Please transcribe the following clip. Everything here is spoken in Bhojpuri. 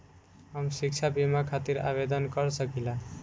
हम शिक्षा बीमा खातिर आवेदन कर सकिला?